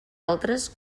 altres